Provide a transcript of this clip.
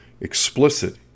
explicit